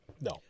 No